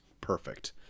perfect